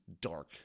dark